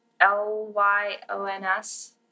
L-Y-O-N-S